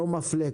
לא מפלה.